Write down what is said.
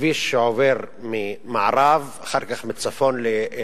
בכביש שעובר ממערב ואחר כך מצפון לסח'נין,